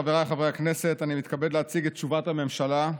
חבר הכנסת אקוניס, בבקשה לסכם.